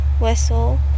whistle